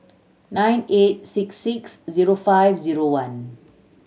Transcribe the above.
nine eight six six zero five zero one